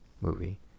movie